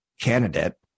candidate